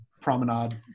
promenade